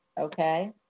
okay